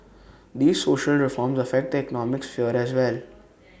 these social reforms affect the economic sphere as well